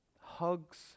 hugs